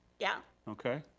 yeah. okay.